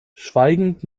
schweigend